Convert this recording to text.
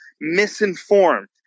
misinformed